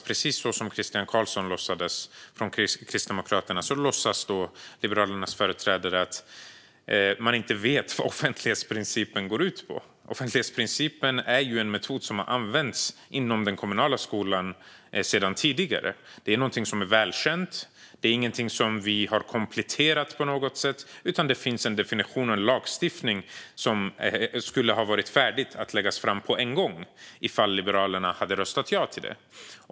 Precis som Christian Carlsson från Kristdemokraterna låtsades, låtsas Liberalernas företrädare att man inte vet vad offentlighetsprincipen går ut på. Offentlighetsprincipen är en metod som används inom den kommunala skolan sedan tidigare. Det är något som är välkänt, och det är inget som vi har kompletterat på något sätt, utan det finns en definition och en lagstiftning som skulle ha varit färdig att läggas fram om Liberalerna hade röstat ja.